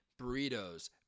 burritos